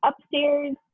upstairs